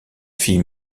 fille